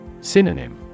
Synonym